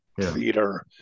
theater